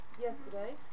yesterday